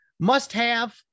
Must-have